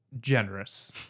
generous